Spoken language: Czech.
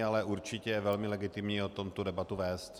Ale určitě je velmi legitimní o tomto debatu vést.